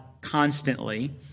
constantly